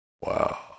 Wow